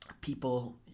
people